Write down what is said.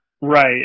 Right